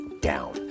down